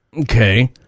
Okay